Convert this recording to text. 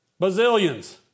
Bazillions